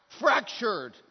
fractured